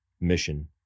mission